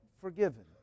forgiven